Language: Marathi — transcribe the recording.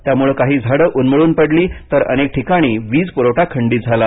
त्यामुळं काही झाडं उन्मळून पडली तर अनेक ठिकाणी वीज पुरवठा खंडित झाला